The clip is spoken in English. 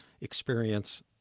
experience